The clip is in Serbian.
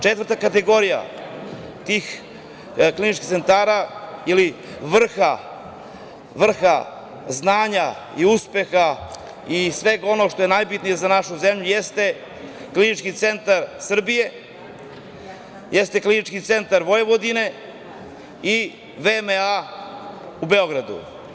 Četvrta kategorija tih kliničkih centara ili vrha znanja i uspeha i svega onog što je najbitnije za našu zemlju jeste Klinički centar Srbije, jeste Klinički centar Vojvodine i VMA u Beogradu.